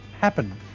happen